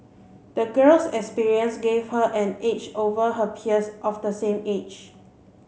the girl's experiences gave her an edge over her peers of the same age